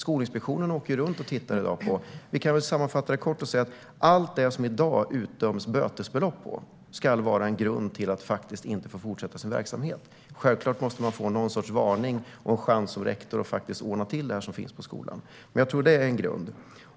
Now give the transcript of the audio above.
Skolinspektionen åker redan i dag runt och tittar. Vi kan väl sammanfatta det kort och säga att allt det som det i dag utdöms bötesbelopp för ska vara en grund till att faktiskt inte få fortsätta verksamheten. Självklart måste man få någon sorts varning och en chans som rektor att ordna till det, men jag tror att det är en grund.